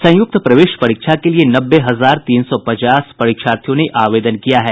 संयुक्त प्रवेश परीक्षा के लिए नब्बे हजार तीन सौ पचास परीक्षार्थियों ने आवेदन किया है